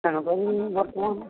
ତାପରେ